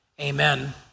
amen